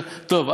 טוב,